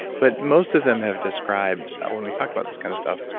but, most of them have described, when we talk about this kind of stuff,